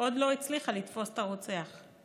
עוד לא הצליחה לתפוס את הרוצח,